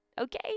Okay